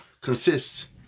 consists